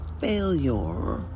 failure